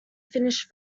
finished